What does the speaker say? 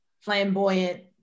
flamboyant